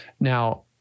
now